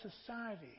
society